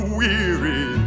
weary